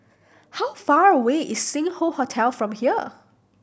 how far away is Sing Hoe Hotel from here